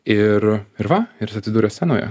ir ir va ir jis atsidūrė scenoje